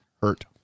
hurt